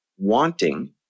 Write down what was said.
Wanting